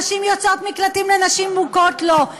נשים שיוצאות ממקלטים לנשים מוכות לא?